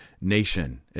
nation